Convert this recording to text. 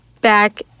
back